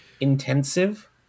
intensive